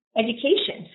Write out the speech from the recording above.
education